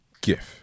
gift